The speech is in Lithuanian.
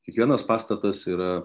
kiekvienas pastatas yra